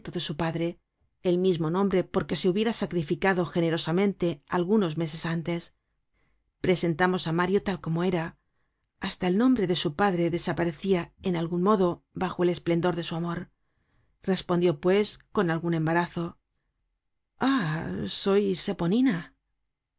de su padre el mismo nombre por que se hubiera sacrificado generosamente algunos meses antes presentamos ú mario tal como era hasta el nombre de su padre desaparecía en algun modo bajo el esplendor de su amor respondió pues con algun embarazo